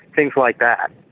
things like that.